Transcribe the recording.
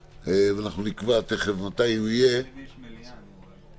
נקבע תיכף מתי יהיה הדיון הבא.